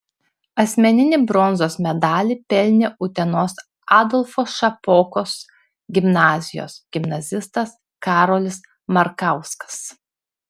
asmeninį bronzos medalį pelnė utenos adolfo šapokos gimnazijos gimnazistas karolis markauskas